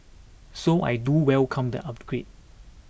so I do welcome the upgrade